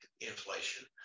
inflation